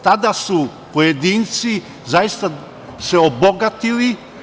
Tada su se pojedinci zaista obogatili.